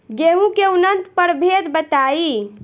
गेंहू के उन्नत प्रभेद बताई?